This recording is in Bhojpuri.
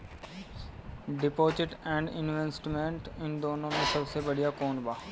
डिपॉजिट एण्ड इन्वेस्टमेंट इन दुनो मे से सबसे बड़िया कौन बा?